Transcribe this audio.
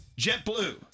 JetBlue